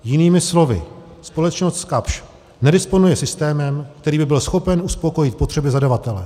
Jinými slovy, společnost Kapsch nedisponuje systémem, který by byl schopen uspokojit potřeby zadavatele.